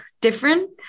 different